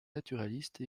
naturaliste